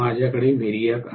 माझ्याकडे व्हेरियक आहे